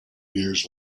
years